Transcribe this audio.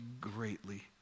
greatly